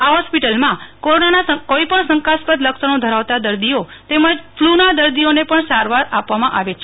આ જ્ઞેસ્પિટલમાં કોરોનાના કોઇપણ શંકાસ્પદ લક્ષણો ધરાવતાં દર્દીઓ તેમજ ફલુના દર્દીઓને પણ સારવાર આપવામાં આવે છે